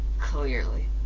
Clearly